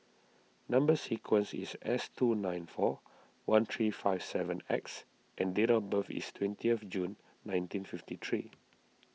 Number Sequence is S two nine four one three five seven X and date of birth is twenty of June nineteen fifty three